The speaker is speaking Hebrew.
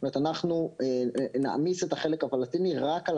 אנחנו נעמיס את החלק הפלסטיני רק על